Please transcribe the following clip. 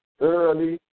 early